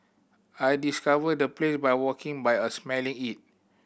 I discovered the place by walking by a smelling it